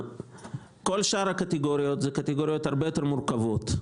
כל שאר הקטגוריות אלו קטגוריות הרבה יותר מורכבות,